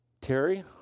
Terry